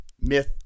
myth